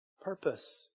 purpose